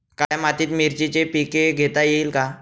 काळ्या मातीत मिरचीचे पीक घेता येईल का?